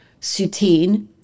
Soutine